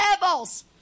devils